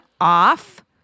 off